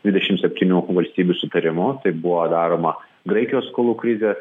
dvidešim septynių valstybių sutarimu tai buvo daroma graikijos skolų krizės